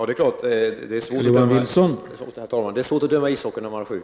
Herr talman! Det är svårt att döma ishockeymatcher när man är sjuk.